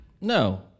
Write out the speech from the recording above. No